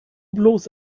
bloß